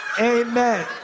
Amen